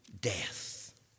death